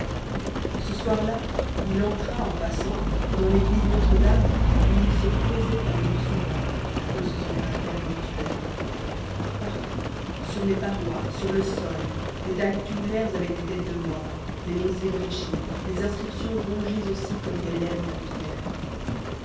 ce soir-là il entra en passant dans l'église notre-dame où il se plaisait à venir souvent à cause de son caractère mortuaire partout sur les parois sur le sol des dalles tumulaires avec des têtes de mort des noms ébréchés des inscriptions rongées aussi comme des lèvres de pierre